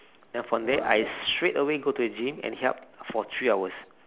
then from there I straightaway go to the gym and for three hours